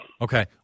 Okay